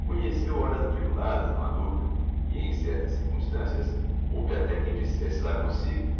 conheceu horas atribuladas não ha duvida e em certas circumstancias houve até quem dissesse lá comsigo